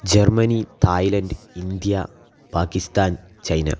Germany Thailand India Pakistan China